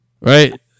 Right